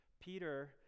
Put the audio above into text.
Peter